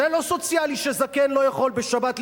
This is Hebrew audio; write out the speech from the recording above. זה לא סוציאלי שזקן לא יכול לנסוע